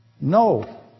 no